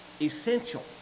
essential